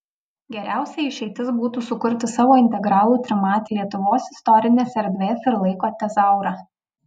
geriausia išeitis būtų sukurti savo integralų trimatį lietuvos istorinės erdvės ir laiko tezaurą